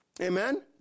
amen